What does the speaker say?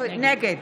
נגד